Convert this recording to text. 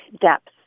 depth